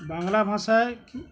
বাংলা ভাষায়